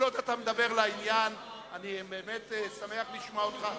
כל עוד אתה מדבר לעניין אני באמת שמח לשמוע אותך.